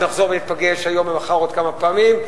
נחזור וניפגש היום ומחר עוד כמה פעמים,